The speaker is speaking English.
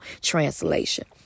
translation